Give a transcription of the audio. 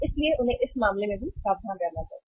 इसलिए उन्हें उस मामले में भी सावधान रहना चाहिए